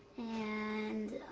and